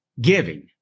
Giving